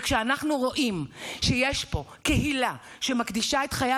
וכשאנחנו רואים שיש פה קהילה שמקדישה את חייה